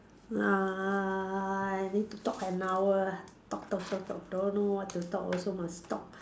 uh need to talk an hour ah talk talk talk don't know what to talk also must talk